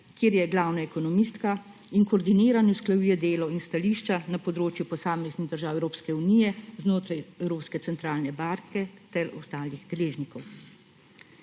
kjer je glavna ekonomistka in koordinirano usklajuje delo in stališča na področju posameznih držav Evropske unije znotraj Evropske centralne banke ter ostalih deležnikov.